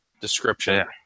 description